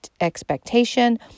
expectation